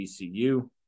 ECU